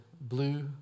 blue